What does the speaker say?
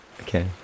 okay